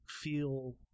feel